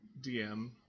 DM